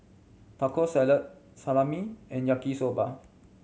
Taco Salad Salami and Yaki Soba